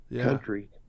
country